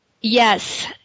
Yes